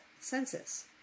census